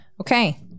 Okay